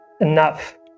enough